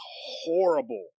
horrible